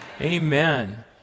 Amen